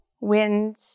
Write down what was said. Wind